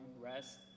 rest